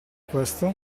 questo